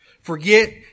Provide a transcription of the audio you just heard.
Forget